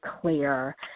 clear